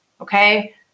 Okay